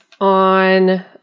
on